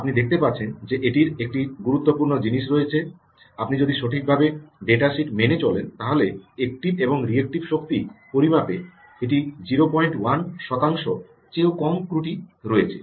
আপনি দেখতে পাচ্ছেন যে এটির একটি গুরুত্বপূর্ণ জিনিস রয়েছে আপনি যদি সঠিকভাবে ডেটা শিট মেনে চলেন তাহলে অ্যাক্টিভ এবং রিএক্টিভ শক্তি পরিমাপে এটির 01 শতাংশ চেয়ে কম ত্রুটি রয়েছে